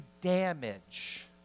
damage